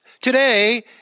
today